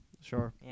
sure